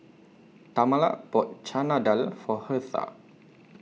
Tamala bought Chana Dal For Hertha